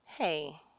hey